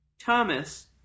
Thomas